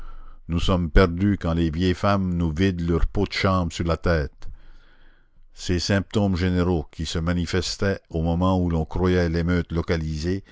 nous sommes perdus quand les vieilles femmes nous vident leur pot de chambre sur la tête ces symptômes généraux qui se manifestaient au moment où l'on croyait l'émeute localisée